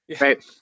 Right